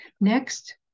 Next